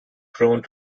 prone